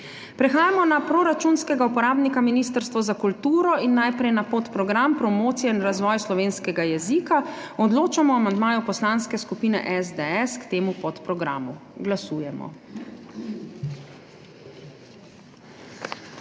Prehajamo na proračunskega uporabnika Ministrstvo za kulturo in najprej na podprogram Promocije in razvoj slovenskega jezika. Odločamo o amandmaju Poslanske skupine SDS k temu podprogramu. Glasujemo.